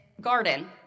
garden